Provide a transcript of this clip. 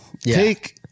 Take